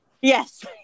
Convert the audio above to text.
Yes